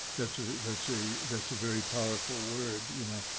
that's a that's a that's a very powerful word. you know,